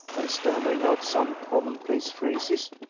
and, stammering out some common-place phrases,